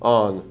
on